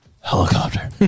Helicopter